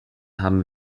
haben